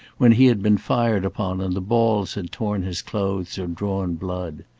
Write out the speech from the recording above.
when he had been fired upon and the balls had torn his clothes or drawn blood.